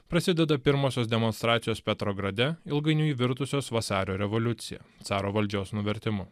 prasideda pirmosios demonstracijos petrograde ilgainiui virtusios vasario revoliucija caro valdžios nuvertimu